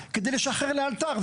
כדי לשחרר לאלתר,